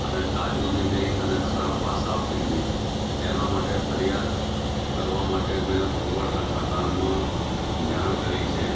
અને તાજું બી નહીં અને ખરાબ વાસ આવતી હતી તેના માટે ફરિયાદ કરવા માટે મેં પુરવઠા ખાતામાં જાણ કરી છે